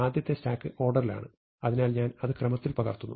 ആദ്യത്തെ സ്റ്റാക്ക് ഓർഡറിൽ ആണ് അതിനാൽ ഞാൻ അത് ക്രമത്തിൽ പകർത്തുന്നു